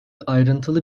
ayrıntılı